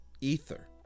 Ether